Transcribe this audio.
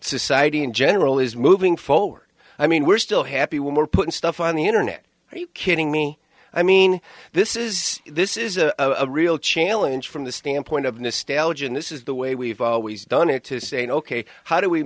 society in general is moving forward i mean we're still happy when we're putting stuff on the internet are you kidding me i mean this is this is a real challenge from the standpoint of mistakes and this is the way we've always done it to say ok how do we